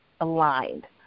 aligned